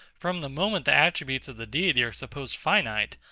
from the moment the attributes of the deity are supposed finite,